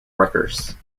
wreckers